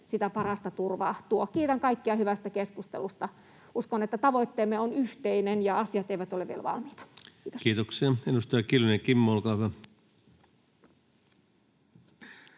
sitä parasta turvaa tuo. Kiitän kaikkia hyvästä keskustelusta. Uskon, että tavoitteemme on yhteinen, ja asiat eivät ole vielä valmiita. [Speech 134] Speaker: Ensimmäinen